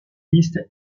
listes